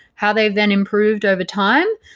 how they've then improved over time,